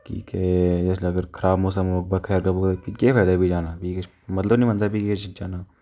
की के जिसलै अगर खराब मौसम होग बरखा शरखा पोऐ ते भी केह् फायदा कोई जाना फ्ही किश मतलब निं बनदा फ्ही किश जाना